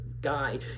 guy